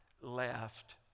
left